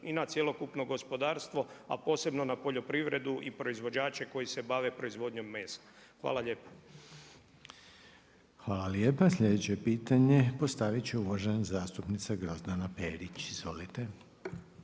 i na cjelokupno gospodarstvo, a posebno na poljoprivredu i proizvođače koji se bave proizvodnjom mesa. Hvala lijepo. **Reiner, Željko (HDZ)** Hvala lijepa. Sljedeće pitanje postavit će uvažena zastupnica Grozdana Perić. Izvolite.